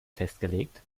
festgelegt